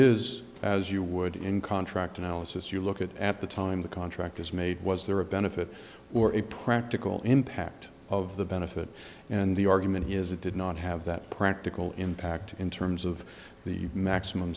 is as you would in contract analysis you look at the time the contract is made was there a benefit or a practical impact of the benefit and the argument is it did not have that practical impact in terms of the maximum